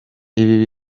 ibi